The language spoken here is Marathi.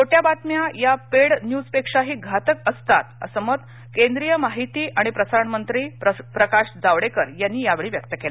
खोट्या बातम्या या पेड न्यूजपेक्षाही घातक असतात असं मत केंद्रीय माहिती आणि प्रसारण मंत्री प्रकाश जावडेकर यांनी यावेळी व्यक्त केलं